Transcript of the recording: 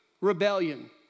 Rebellion